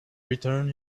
return